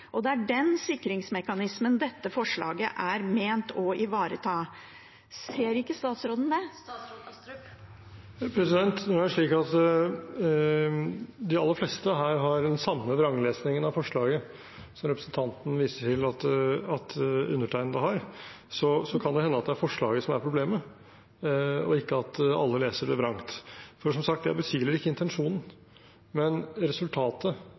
Og det er den sikringsmekanismen dette forslaget er ment å ivareta. Ser ikke statsråden det? Nå har de aller fleste her den samme vranglesningen av forslaget som representanten Andersen viste til at undertegnede har. Så det kan hende at det er forslaget som er problemet, og ikke at alle leser det vrangt. For som sagt, jeg betviler ikke intensjonen, men resultatet